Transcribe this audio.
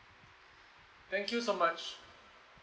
thank you so much